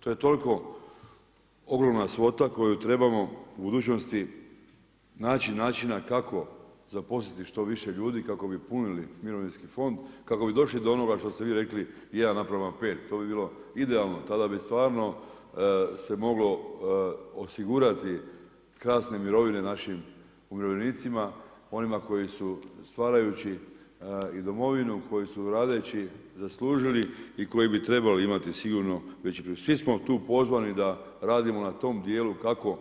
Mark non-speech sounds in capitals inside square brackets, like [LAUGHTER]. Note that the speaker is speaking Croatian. To je toliko ogromna svota koju trebamo u budućnosti naći načina kako zaposliti što više ljudi kako bi punili mirovinski fond, kako bi došli do onoga što ste vi rekli, jedan naprama 5, to bi bilo idealno, tada bi stvarno se moglo osigurati krasne mirovine našim umirovljenicima, onima koji su stvarajući i domovinu, koji su radeći zaslužili i koji bi trebali imati sigurno … [UNINTELLIGIBLE] Svi smo tu pozvani da radimo na tom dijelu kako